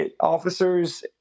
Officers